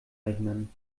rechnen